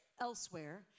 elsewhere